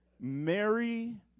Mary